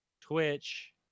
Twitch